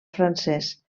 francès